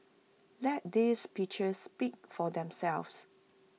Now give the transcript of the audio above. let these pictures speak for themselves